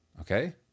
okay